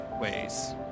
ways